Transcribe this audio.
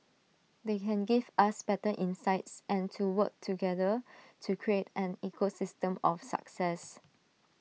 they can give us better insights and to work together to create an ecosystem of success